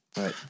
Right